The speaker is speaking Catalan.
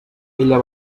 ella